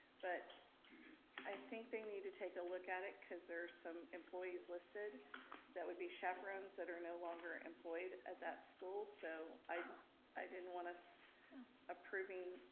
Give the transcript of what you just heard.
but i think they need to take a look at it cause there's some employees listed that would be chaperones that are no longer employed at that school. so i i didn't want us approving,